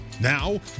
Now